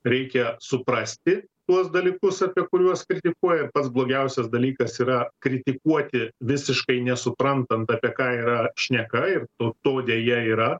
reikia suprasti tuos dalykus apie kuriuos kritikuoja pats blogiausias dalykas yra kritikuoti visiškai nesuprantant apie ką yra šneka ir to to deja yra